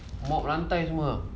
mop lantai semua